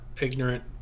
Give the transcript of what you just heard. ignorant